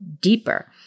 deeper